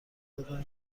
بدن